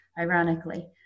ironically